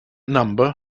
number